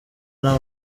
nta